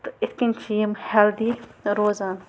تہٕ یِتھ کَنۍ چھِ یِم ہٮ۪لدی روزان